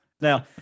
Now